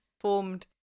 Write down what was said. Formed